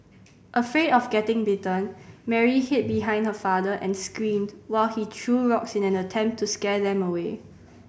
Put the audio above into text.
afraid of getting bitten Mary hid behind her father and screamed while he threw rocks in an attempt to scare them away